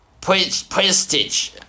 prestige